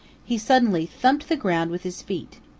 he suddenly thumped the ground with his feet.